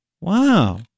Wow